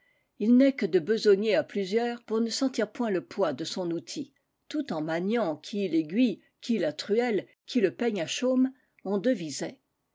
il n'est que de besogner à plusieurs pour ne sentir point le poids de son outil tout en maniant qui l'aiguille qui la truelle qui le peigne à chaume on devisait